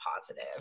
positive